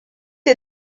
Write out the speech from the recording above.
est